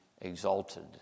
exalted